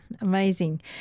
Amazing